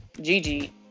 Gigi